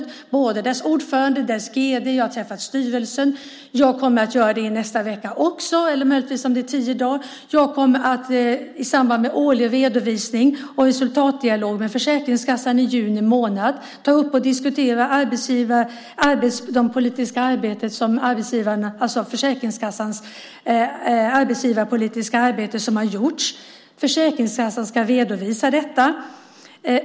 Jag kommer att träffa både dess ordförande och dess gd. Jag har träffat styrelsen, och jag kommer att göra det i nästa vecka också - eller om det möjligtvis är om tio dagar. Jag kommer att i samband med den årliga redovisningen och resultatdialogen med Försäkringskassan i juni månad ta upp och diskutera det arbetsgivarpolitiska arbete som har gjorts. Försäkringskassan ska redovisa detta.